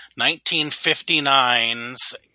1959's